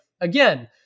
again